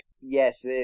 Yes